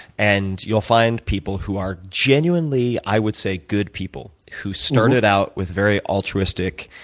and you'll find people who are genuinely, i would say, good people, who started out with very altruistic,